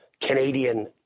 Canadian